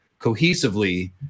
cohesively